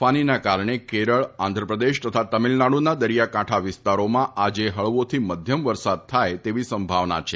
ફાનીના કારણે કેરળ આંધ્રપ્રદેશ તથા તમિલનાડુના દરિયાકાંઠા વિસ્તારોમાં આજે હળવોથી મધ્યમ વરસાદ થાય તેવી સંભાવના છે